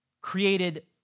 created